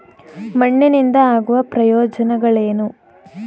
ಮಣ್ಣಿನಿಂದ ಆಗುವ ಪ್ರಯೋಜನಗಳೇನು?